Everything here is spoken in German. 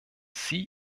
sie